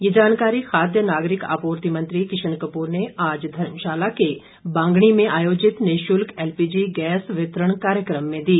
ये जानकारी खाद्य नागरिक आपूर्ति मंत्री किशन कपूर ने आज धर्मशाला के बागणी में आयोजित निःशुल्क एलपीजी गैस वितरण कार्यक्रम में दी